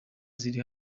ziri